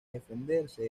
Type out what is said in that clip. defenderse